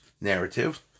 narrative